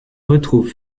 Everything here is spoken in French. retrouve